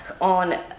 on